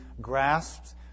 grasped